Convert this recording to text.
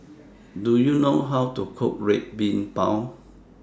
Do YOU know How to Cook Red Bean Bao